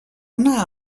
una